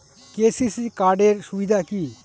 KCC card এর সুবিধা কি?